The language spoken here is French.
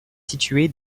situé